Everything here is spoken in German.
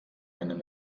einen